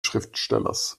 schriftstellers